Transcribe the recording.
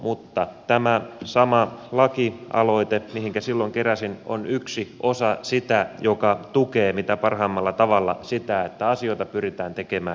mutta tämä sama lakialoite mihinkä silloin keräsin nimiä on yksi osa sitä mikä tukee mitä parhaimmalla tavalla sitä että asioita pyritään tekemään yksinkertaisemmin